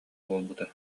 буолбута